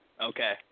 Okay